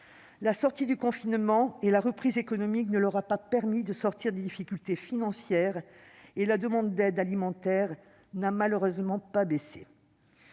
La fin du confinement et la reprise économique n'ont pas permis à ceux-ci de sortir des difficultés financières et la demande d'aide alimentaire n'a malheureusement pas baissé.